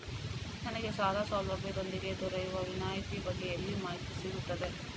ನನಗೆ ಸಾಲ ಸೌಲಭ್ಯದೊಂದಿಗೆ ದೊರೆಯುವ ವಿನಾಯತಿಯ ಬಗ್ಗೆ ಎಲ್ಲಿ ಮಾಹಿತಿ ಸಿಗುತ್ತದೆ?